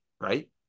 right